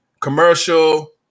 commercial